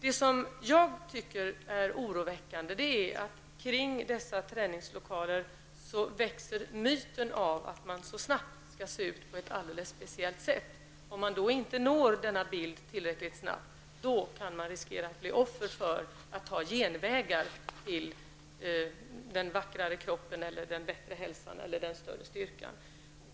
Det som jag tycker är oroväckande är att det kring dessa träningslokaler växer fram en myt av att man så snabbt skall se ut på ett alldeles speciellt sätt. Om man då inte uppnår denna bild tillräckligt snabbt kan man riskera att bli offer för att ta genvägar till den vackrare kroppen, den bättre hälsan eller den större styrkan.